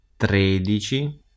tredici